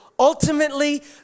ultimately